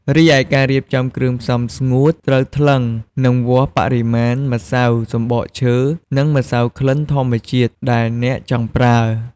រីឯការរៀបចំគ្រឿងផ្សំស្ងួត ត្រូវថ្លឹង និងវាស់បរិមាណម្សៅសំបកឈើនិងម្សៅក្លិនធម្មជាតិដែលអ្នកចង់ប្រើ។